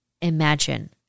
imagine